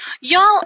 Y'all